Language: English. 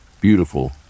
Beautiful